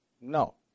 No